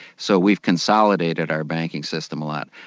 so we've consolidated our banking system a lot.